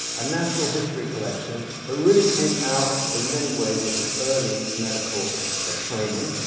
a natural history collection that really came out, in many ways, of his early medical ah training.